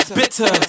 bitter